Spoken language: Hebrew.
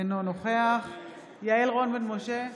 אינו נוכח יעל רון בן משה,